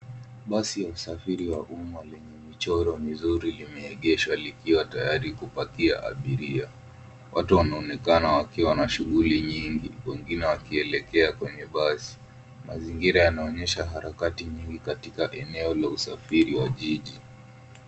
Basi ya usafiri wa umma limechorwa vizuri limeegeshwa likiwa tayari kupakia abiria. Watu wanaonekana wakiwa na shuguli nyingi wengine wakielekea kwenye basi. Mazingira yanaonyesha harakati nyingi katika eneo la usafiri wa jiji.